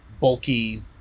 bulky